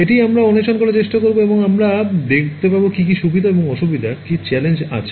এটিই আমরা অন্বেষণ করার চেষ্টা করব এবং আমরা দেখতে পাবো কী কী সুবিধা এবং অসুবিধা এবং কিছু চ্যালেঞ্জ ঠিক আছে